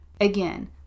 Again